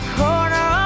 corner